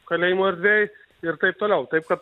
kalėjimo erdvėj ir taip toliau taip kad